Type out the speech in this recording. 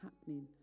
happening